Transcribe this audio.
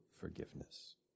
forgiveness